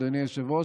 אדוני היושב-ראש,